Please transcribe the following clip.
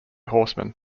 horseman